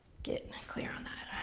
get clear on that.